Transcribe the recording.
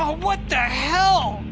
ah what the hell?